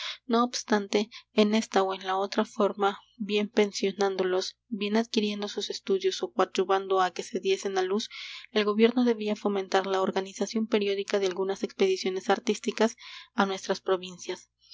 no obstante en esta ó en la otra forma bien pensionándolos bien adquiriendo sus estudios ó coadyuvando á que se diesen á luz el gobierno debía fomentar la organización periódica de algunas expediciones artísticas á nuestras provincias